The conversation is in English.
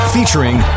Featuring